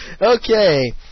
Okay